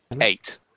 Eight